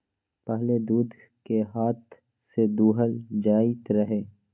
पहिले दूध के हाथ से दूहल जाइत रहै